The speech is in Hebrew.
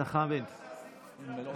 אתה יודע שעשינו את זה הרבה פעמים, אלא מאי?